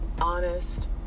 honest